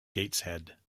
gateshead